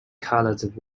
colored